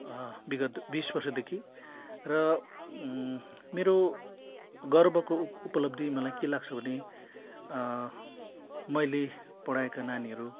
विगत बिस वर्षदेखि र मेरो गर्वको उपलब्धि मलाई के लाग्छ भने मैले पढाएका नानीहरू